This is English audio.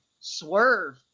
swerve